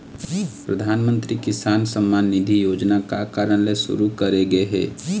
परधानमंतरी किसान सम्मान निधि योजना का कारन ले सुरू करे गे हे?